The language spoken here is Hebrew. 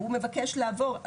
והוא מבקש לעבור,